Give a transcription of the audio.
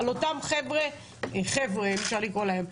על אותם חבר'ה אם אפשר לקרוא להם,